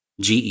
GE